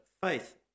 faith